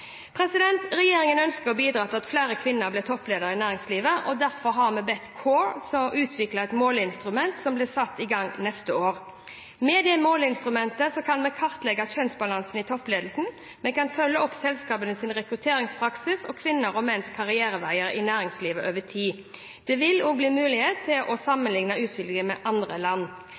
Regjeringen ønsker å bidra til at flere kvinner blir toppledere i næringslivet, og derfor har vi bedt CORE utvikle et måleinstrument, som blir satt i gang neste år. Med dette måleinstrumentet kan vi kartlegge kjønnsbalansen i toppledelsen. Vi kan følge opp selskapenes rekrutteringspraksis og kvinner og menns karriereveier i næringslivet over tid. Det vil også bli mulig å sammenligne utviklingen med andre land.